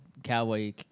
Cowboy